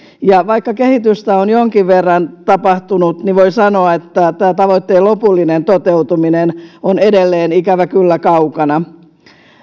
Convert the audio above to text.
ja vaikka kehitystä on jonkin verran tapahtunut niin voi sanoa että tämän tavoitteen lopullinen toteutuminen on edelleen ikävä kyllä kaukana